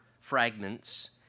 fragments